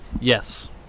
Yes